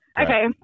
Okay